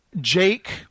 Jake